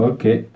Okay